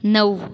नऊ